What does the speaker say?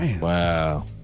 Wow